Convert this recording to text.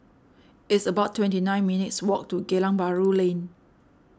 it's about twenty nine minutes' walk to Geylang Bahru Lane